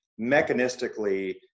mechanistically